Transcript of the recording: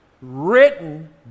Written